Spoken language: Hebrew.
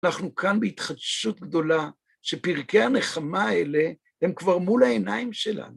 אנחנו כאן בהתחדשות גדולה שפרקי הנחמה האלה הם כבר מול העיניים שלנו.